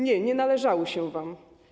Nie, nie należały się wam.